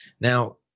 Now